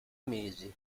mesi